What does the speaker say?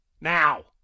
Now